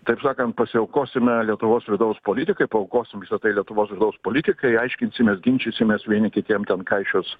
taip sakant pasiaukosime lietuvos vidaus politikai paaukosim visa tai lietuvos vidaus politikai aiškinsimės ginčysimės vieni kitiem ten kaišios